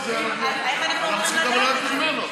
איך אני יכולה, אנחנו צריכים לדעת כולנו.